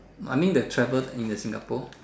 I mean the travel as in the Singapore